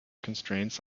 constraints